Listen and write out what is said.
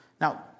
Now